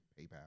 PayPal